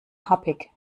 happig